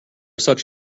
such